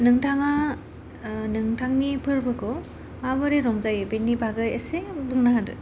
नोंथाङा नोंथांनि फोरबोखौ माबोरै रंजायो बेनि बागै एसे बुंना होदो